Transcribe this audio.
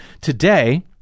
today